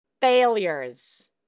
failures